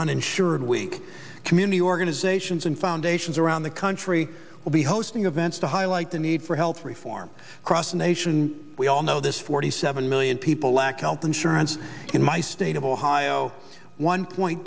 uninsured week community organizations and foundations around the country will be hosting events to highlight the need for health reform across the nation we all know this forty seven million people lack health insurance in my state of ohio one point